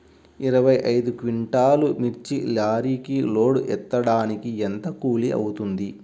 ఇరవై ఐదు క్వింటాల్లు మిర్చి లారీకి లోడ్ ఎత్తడానికి ఎంత కూలి అవుతుంది?